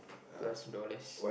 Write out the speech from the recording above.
plus dollars